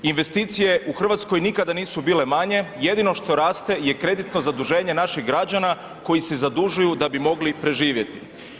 Investicije u Hrvatskoj nikada nisu bile manje jedino što raste je kreditno zaduženje naših građana koji se zadužuju da bi mogli preživjeti.